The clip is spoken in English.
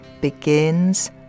begins